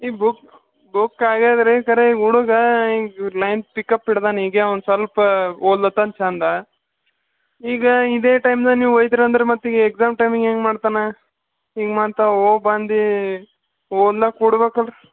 ಈ book book ಆಗ್ಯಾದ್ರಿ ಖರೆ ಈಗ ಹುಡುಗ ಈಗ ಲೈನ್ ಪಿಕಪ್ ಹಿಡ್ದಾನ ಈಗ ಒನ್ ಸ್ವಲ್ಪ ಓದ್ಲತ್ತಾನ ಚಂದ ಈಗ ಇದೇ ಟೈಮ್ದಾಗ ನೀವು ಒಯ್ದ್ರಂದ್ರೆ ಮತ್ತೆ ಎಕ್ಸಾಮ್ ಟೈಮಿಗೆ ಹೆಂಗೆ ಮಾಡ್ತಾನೆ ಈಗ ಮತ್ತೆ ಹೋಗಿ ಬಂದು ಓದ್ಲ್ಯಾಕ ಕೂಡಬೇಕಲ್ರಿ